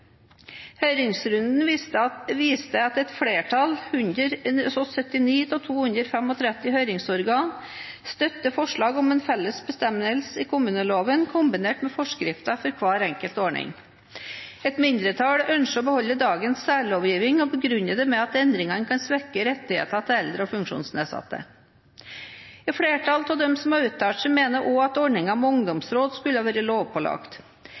Høringsrunden viste at et flertall, 179 av 235 høringsorgan, støtter forslaget om en felles bestemmelse i kommuneloven kombinert med forskrifter for hver enkelt ordning. Et mindretall ønsker å beholde dagens særlovgivning og begrunner dette med at endringen kan svekke rettighetene til eldre og funksjonsnedsatte. Et flertall av dem som har uttalt seg, mener at også ordningen med ungdomsråd skal være lovpålagt.